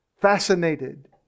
fascinated